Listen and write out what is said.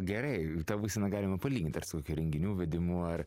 gerai tą būseną galima palygint ar su kokių renginių vedimu ar